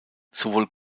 sowohl